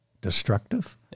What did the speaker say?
destructive